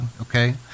okay